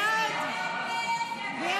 47 בעד, 55 נגד.